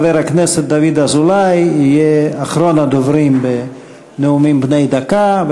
חבר הכנסת דוד אזולאי יהיה אחרון הדוברים בנאומים בני דקה.